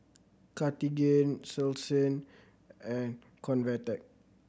Cartigain Selsun and Convatec